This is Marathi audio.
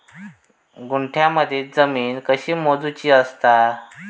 गुंठयामध्ये जमीन कशी मोजूची असता?